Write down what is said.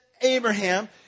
Abraham